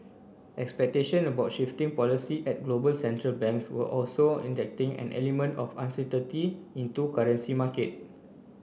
expectation about shifting policy at global central banks were also injecting an element of uncertainty into currency markets